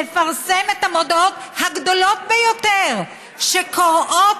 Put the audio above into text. לפרסם את המודעות הגדולות ביותר שקוראות